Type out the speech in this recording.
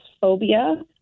phobia